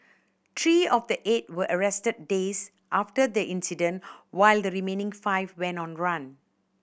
three of the eight were arrested days after the incident while the remaining five went on run